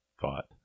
thought